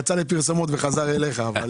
יצא לפרסומות וחזר אליך.